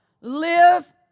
Live